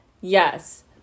Yes